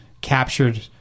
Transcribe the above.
captured